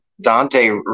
Dante